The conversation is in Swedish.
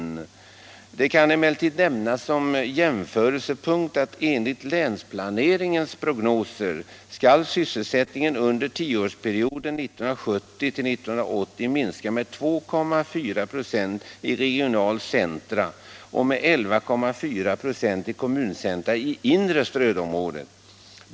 Som jämförelse kan emellertid nämnas att sysselsättningen enligt länsplaneringens prognoser under tioårsperioden 1970-1980 kommer att minska med 2,4 96 i regionala centra och med 11,4 926 i kommuncentra i det inre stödområdet.